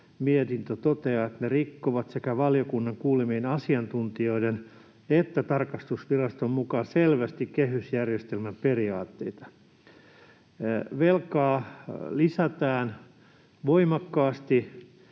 mietintö toteaa, että ne rikkovat sekä valiokunnan kuulemien asiantuntijoiden että tarkastusviraston mukaan selvästi kehysjärjestelmän periaatteita. Velkaa lisätään voimakkaasti,